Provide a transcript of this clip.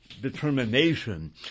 determination